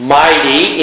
mighty